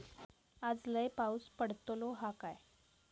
आज लय पाऊस पडतलो हा काय?